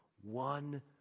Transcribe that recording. one